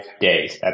days